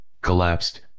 Collapsed